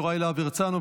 יוראי להב הרצנו,